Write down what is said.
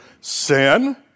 sin